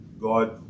God